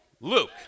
Luke